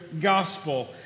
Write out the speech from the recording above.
gospel